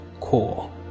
cool